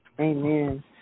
Amen